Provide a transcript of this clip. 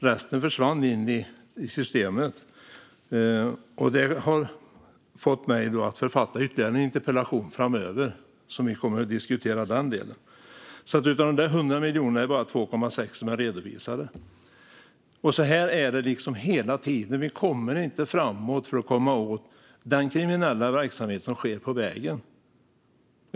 Resten försvann in i systemet, och det har fått mig att författa ytterligare en interpellation som vi kommer att diskutera framöver. Det är alltså bara 2,6 miljoner som man har redovisat, och på det viset är det liksom hela tiden: Vi kommer inte framåt när det gäller att komma åt den kriminella verksamhet som sker på vägen.